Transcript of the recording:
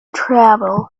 travel